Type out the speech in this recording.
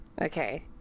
Okay